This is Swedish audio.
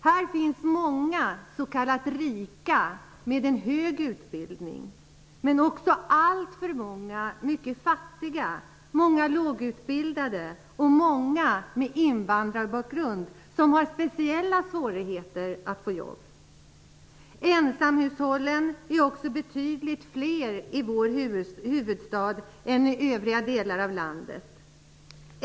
Här finns många s.k. rika, med en hög utbildning, men också alltför många mycket ''fattiga'', många lågutbildade och många med invandrarbakgrund, som har speciella svårigheter att få jobb. Ensamhushållen är också betydligt fler i vår huvudstad än i övriga delar av landet.